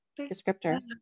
descriptor